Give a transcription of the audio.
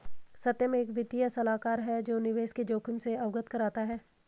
सत्यम एक वित्तीय सलाहकार है जो निवेश के जोखिम से अवगत कराता है